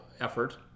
effort